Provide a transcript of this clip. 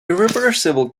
irreversible